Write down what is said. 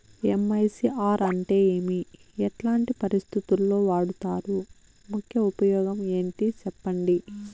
MICR అంటే ఏమి? ఎట్లాంటి పరిస్థితుల్లో వాడుతారు? ముఖ్య ఉపయోగం ఏంటి సెప్పండి?